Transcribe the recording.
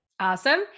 Awesome